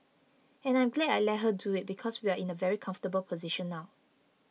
and I'm glad I let her do it because we're in a very comfortable position now